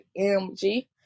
MG